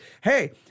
hey